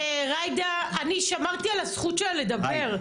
ג'ידא, אני שמרתי על הזכות שלה לדבר.